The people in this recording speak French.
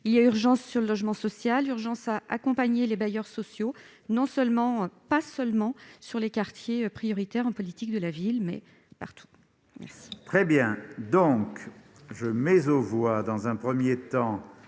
il y a urgence pour le logement social, urgence à accompagner les bailleurs sociaux, pas seulement dans les quartiers prioritaires de la politique de la ville, mais partout.